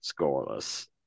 scoreless